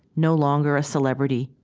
no longer a celebrity,